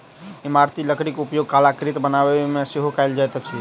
इमारती लकड़ीक उपयोग कलाकृति बनाबयमे सेहो कयल जाइत अछि